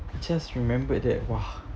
just remembered that !wah!